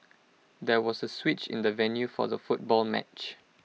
there was A switch in the venue for the football match